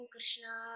Krishna